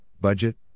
budget